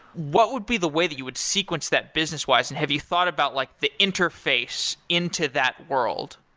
what would be the way that you would sequence that businesswise and have you thought about like the interface into that world?